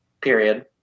period